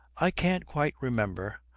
i can't quite remember,